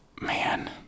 man